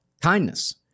kindness